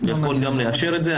יכול גם לאשר את זה.